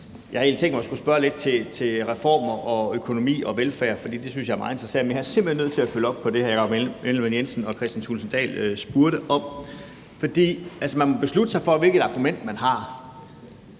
mig, at jeg skulle spørge lidt til reformer og økonomi og velfærd, for det synes jeg er meget interessant. Men jeg er simpelt hen nødt til at følge op på det, hr. Jakob Ellemann-Jensen og hr. Kristian Thulesen Dahl spurgte om. For man må altså beslutte sig for, hvilket argument man har.